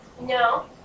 no